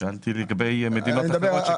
נשאלתי לגבי מדינות אחרות.